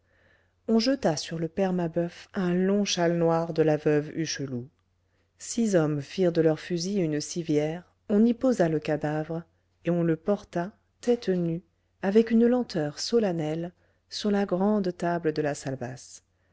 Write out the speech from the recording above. on jeta sur le père mabeuf un long châle noir de la veuve hucheloup six hommes firent de leurs fusils une civière on y posa le cadavre et on le porta têtes nues avec une lenteur solennelle sur la grande table de la salle basse